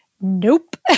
nope